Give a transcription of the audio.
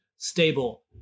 stable